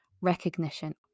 recognition